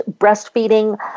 breastfeeding